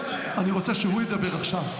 אני רוצה שהוא ידבר עכשיו.